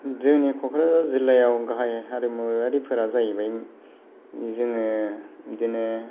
जोंनि कक्राझार जिल्लायाव गाहाय हारिमुवारिफोरा जाहैबाय जोङो बिदिनो